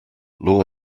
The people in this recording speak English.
law